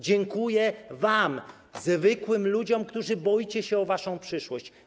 Dziękuję wam, zwykłym ludziom, którzy boicie się o waszą przyszłość.